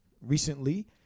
recently